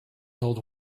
old